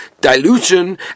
dilution